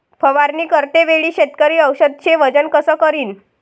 फवारणी करते वेळी शेतकरी औषधचे वजन कस करीन?